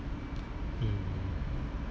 um